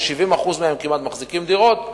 שכמעט 70% ממנו מחזיקים דירות,